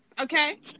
okay